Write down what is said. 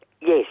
Yes